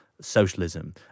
socialism